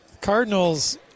Cardinals